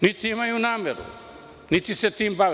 Niti imaju nameru, niti se time bave.